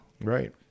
Right